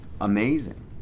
Amazing